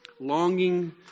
Longing